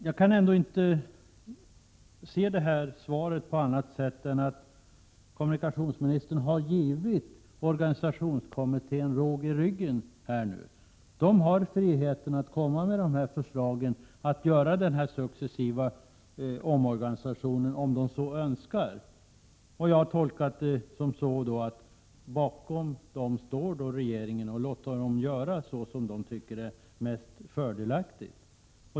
Jag kan inte uppfatta svaret på annat sätt än att kommunikationsministern har gett organisationskommittén råg i ryggen. Kommittén har frihet att komma med dessa förslag och genomföra omorganisationen successivt, om Prot. 1987/88:108 man så önskar. Jag har tolkat svaret så att regeringen är beredd att låta 26 april 1988 kommittén göra så som den tycker är mest fördelaktigt.